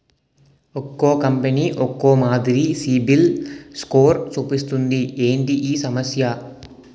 ఒక్కో కంపెనీ ఒక్కో మాదిరి సిబిల్ స్కోర్ చూపిస్తుంది ఏంటి ఈ సమస్య?